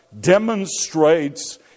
demonstrates